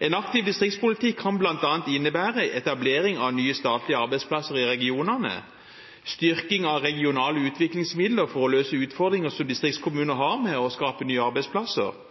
En aktiv distriktspolitikk kan bl.a. innebære etablering av nye statlige arbeidsplasser i regionene og styrking av regionale utviklingsmidler for å løse utfordringer som distriktskommunene har med hensyn til å skape nye arbeidsplasser.